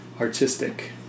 artistic